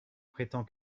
prétend